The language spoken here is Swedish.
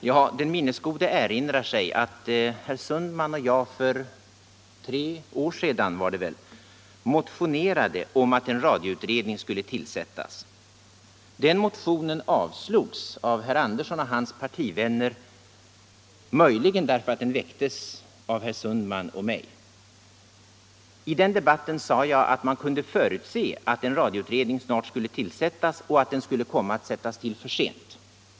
Ja, den minnesgode erinrar sig att herr Sundman och jag för tre år sedan — var det väl - motionerade om att en radioutredning skulle tillsättas. Den motionen avslogs av herr Andersson och hans partivänner, möjligen därför att den väcktes av herr Sundman och mig. I debatten då sade jag att man kunde förutse att en radioutredning i alla fall skulle tillsättas och att den skulle komma att tillsättas för sent.